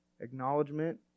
Acknowledgement